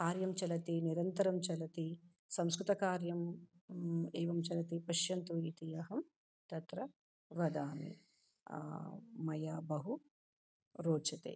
कार्यं चलति निरन्तरं चलति संस्कृतकार्यं एवं चलति पश्यन्तु इति अहं तत्र वदामि मया बहु रोचते